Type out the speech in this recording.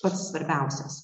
pats svarbiausias